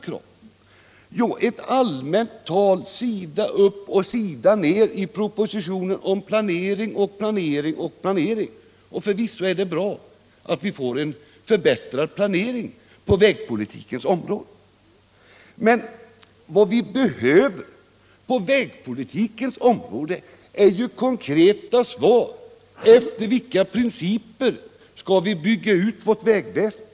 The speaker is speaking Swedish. Jo, han svarar med ett allmänt tal sida upp och sida ned i propositionen om planering och planering och planering. Förvisso är det bra att vi får en förbättrad planering på vägpolitikens område. Men vad vi behöver på detta område är konkreta besked om efter vilka principer vi skall bygga ut vårt vägväsende.